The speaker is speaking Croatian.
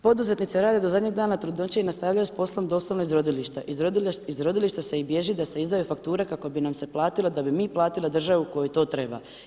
Poduzetnice rade do zadnjeg dana trudnoće i nastavljaju s poslom doslovno iz rodilišta, iz rodilišta se i bježi da se izdaju fakture, kako bi nam se platilo, da bi mi platili državu kojoj to treba.